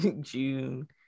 June